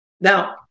Now